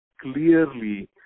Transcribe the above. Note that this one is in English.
clearly